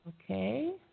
Okay